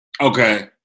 Okay